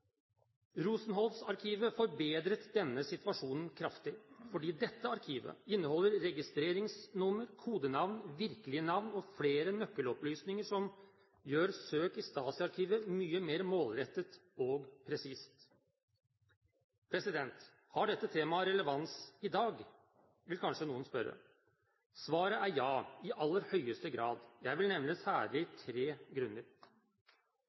Rosenholz-arkivet forbedret denne situasjonen kraftig, fordi dette arkivet inneholder registreringsnummer, kodenavn, virkelige navn og flere nøkkelopplysninger som gjør søk i Stasi-arkivet mye mer målrettede og presise. Har dette temaet relevans i dag, vil kanskje noen spørre. Svaret er ja, i aller høyeste grad. Jeg vil nevne særlig tre grunner.